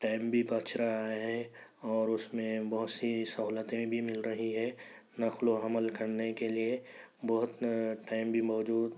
time بھی بچ رہا ہے اور اس میں بہت سی سہولتیں بھی مل رہی ہیں نقل و حمل کرنے کے لیے بہت ٹائم بھی موجود